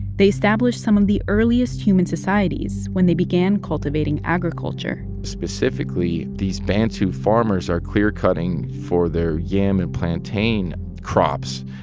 they established some of the earliest human societies when they began cultivating agriculture specifically, these bantu farmers are clearcutting for their yam and plantain crops.